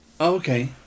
Okay